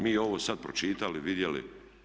Mi ovo sad pročitali, vidjeli.